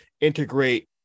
integrate